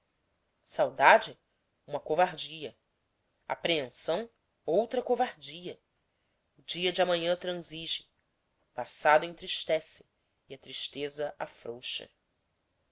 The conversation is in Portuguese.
saudade uma covardia apreensão outra covardia o dia de amanhã transige o passado entristece e a tristeza afrouxa